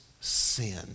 sin